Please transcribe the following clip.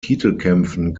titelkämpfen